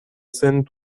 scène